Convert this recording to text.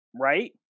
right